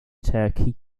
turkey